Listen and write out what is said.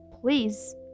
please